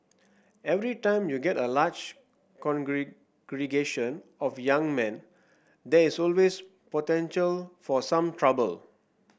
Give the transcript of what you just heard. every time you get a large of young men there is always potential for some trouble